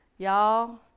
Y'all